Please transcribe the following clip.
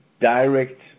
direct